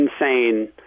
insane